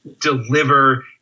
deliver